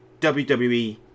WWE